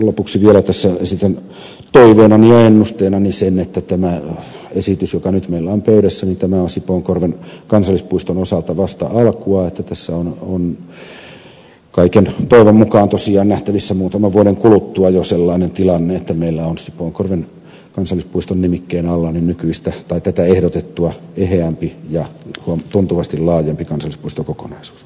lopuksi vielä tässä esitän toiveenani ja ennusteenani sen että tämä esitys joka nyt meillä on pöydässä on sipoonkorven kansallispuiston osalta vasta alkua että tässä on kaiken toivon mukaan tosiaan nähtävissä muutaman vuoden kuluttua jo sellainen tilanne että meillä on sipoonkorven kansallispuiston nimikkeen alla tätä ehdotettua eheämpi ja tuntuvasti laajempi kansallispuistokokonaisuus